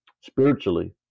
spiritually